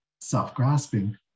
self-grasping